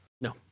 No